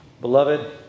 Beloved